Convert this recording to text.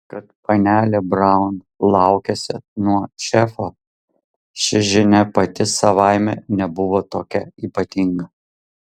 kad panelė braun laukiasi nuo šefo ši žinia pati savaime nebuvo tokia ypatinga